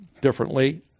differently